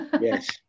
Yes